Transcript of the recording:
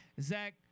Zach